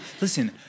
Listen